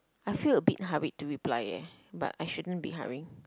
I feel a bit hurried to reply eh but I shouldn't be hurrying